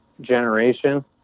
generation